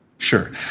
Sure